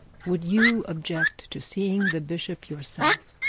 would you object to seeing the bishop yourself